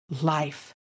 life